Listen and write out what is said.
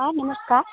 હા નમસ્કાર